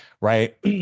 right